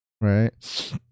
Right